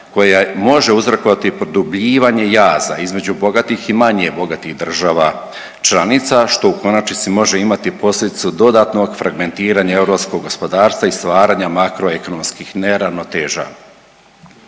koja može uzrokovati produbljivanje jaza između bogatih i manje bogatih država članica, što u konačnici može imati posljedicu dodatnog fragmentiranja europskog gospodarstva i stvaranja makroekonomskih neravnoteža.